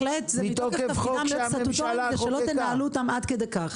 ובהחלט זה מתוקף תפקידם הסטטוטורי כדי שלא תנהלו אותם עד כדי כך.